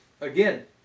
again